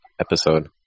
episode